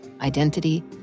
identity